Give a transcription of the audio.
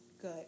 good